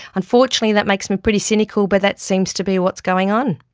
unfortunately that makes me pretty cynical but that seems to be what's going on.